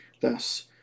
Thus